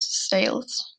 sales